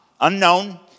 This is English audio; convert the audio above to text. unknown